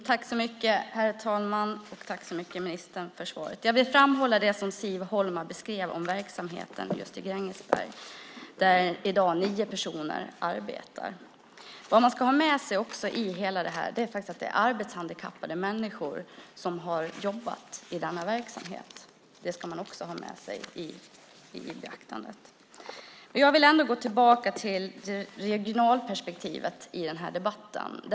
Herr talman! Tack så mycket, ministern, för svaret! Jag vill framhålla det som Siv Holma beskrev av verksamheten just i Grängesberg, där i dag nio personer arbetar. Man ska också beakta är att det är arbetshandikappade människor som har jobbat i denna verksamhet. Jag vill gå tillbaka till regionalperspektivet i den här debatten.